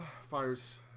fires